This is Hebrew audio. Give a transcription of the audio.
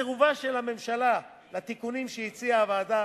סירובה של הממשלה לתיקונים שהציעה הוועדה